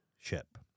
ship